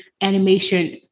animation